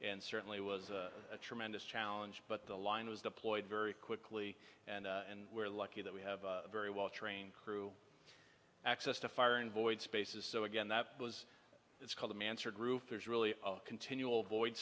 and certainly was a tremendous challenge but the line was deployed very quickly and and we're lucky that we have a very well trained crew access to fire in void spaces so again that was it's called a mansard roof there's really continual void